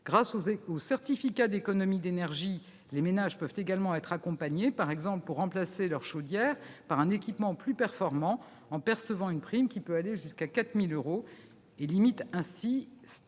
Grâce aux certificats d'économie d'énergie, les ménages peuvent être accompagnés, par exemple pour remplacer leur chaudière par un équipement plus performant en percevant une prime, qui peut aller jusqu'à 4 000 euros, et limiter le reste